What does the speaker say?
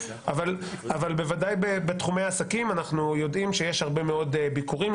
אבל בוודאי בתחומי עסקים אנחנו יודעים שיש הרבה מאוד ביקורים,